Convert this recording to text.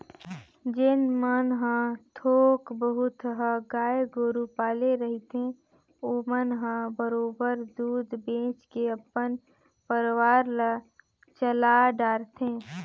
जेन मन ह थोक बहुत ह गाय गोरु पाले रहिथे ओमन ह बरोबर दूद बेंच के अपन परवार ल चला डरथे